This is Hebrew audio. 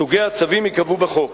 סוגי הצווים ייקבעו בחוק.